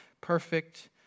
perfect